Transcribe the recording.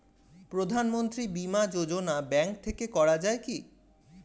প্রধানমন্ত্রী বিমা যোজনা ব্যাংক থেকে করা যায় কি?